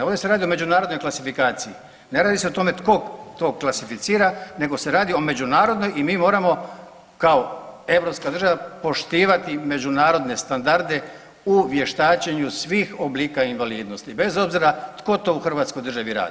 Ovdje se radi o međunarodnoj klasifikaciji, ne radi se o tome tko to klasificira nego se radi o međunarodnoj i mi moramo kao europska država poštivati međunarodne standarde u vještačenju svih oblika invalidnosti bez obzira tko to u hrvatskoj državi radi.